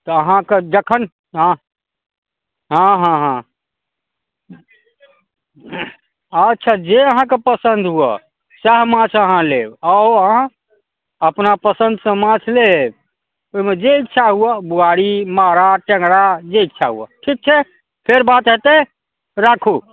तऽ अहाँके जखन हँ हँ हँ हँ अच्छा जे अहाँके पसन्द हुअऽ सएह माछ अहाँ लेब आउ अहाँ अपना पसन्दसँ माछ लेब ओइमे जे इच्छा हुअ बुआरी मारा टेङ्गरा जे इच्छा हुअ ठीक छै फेर बात हेतै राखु